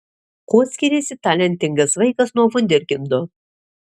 kuo skiriasi talentingas vaikas nuo vunderkindo